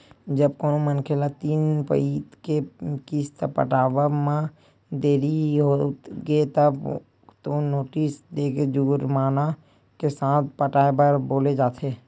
जब कोनो मनखे ल तीन पइत के किस्त पटावब म देरी होगे तब तो नोटिस देके जुरमाना के साथ पटाए बर बोले जाथे